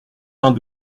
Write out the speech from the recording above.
vingt